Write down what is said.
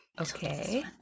Okay